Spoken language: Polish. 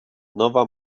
nowa